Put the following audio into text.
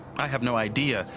i have no idea!